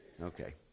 Okay